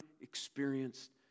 experienced